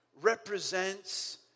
represents